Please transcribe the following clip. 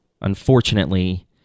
Unfortunately